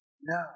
No